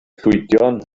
llwydion